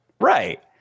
Right